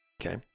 Okay